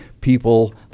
people